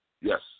yes